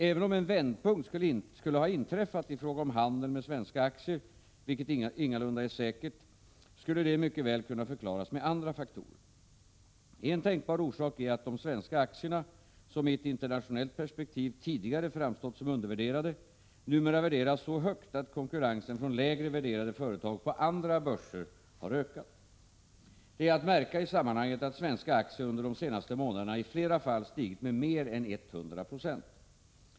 Även om en vändpunkt skulle ha inträffat i fråga om handeln med svenska aktier, vilket ingalunda är säkert, skulle detta mycket väl kunna förklaras med andra faktorer. En tänkbar orsak är att de svenska aktierna, som i ett internationellt perspektiv tidigare framstått som undervärderade, numera värderas så högt att konkurrensen från lägre värderade företag på andra börser ökat. Det är att märka i sammanhanget att värdet på svenska aktier under de senaste månaderna i flera fall stigit med mer än 100 26.